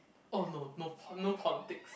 oh no no po~ no politics